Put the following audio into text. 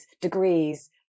degrees